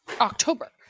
October